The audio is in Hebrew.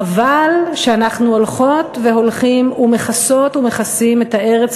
חבל שאנחנו הולכות והולכים ומכסות ומכסים את הארץ